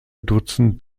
dutzend